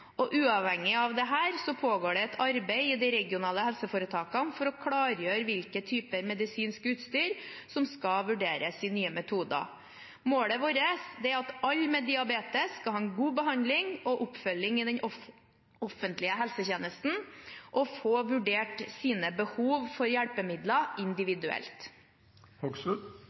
Uavhengig av det pågår det et arbeid i de regionale helseforetakene for å klargjøre hvilke typer medisinsk utstyr som skal vurderes i nye metoder. Målet vårt er at alle med diabetes skal ha god behandling og oppfølging i den offentlige helsetjenesten og få vurdert sine behov for hjelpemidler